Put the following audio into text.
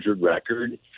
record